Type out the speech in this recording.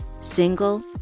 single